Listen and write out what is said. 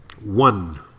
One